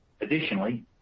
Additionally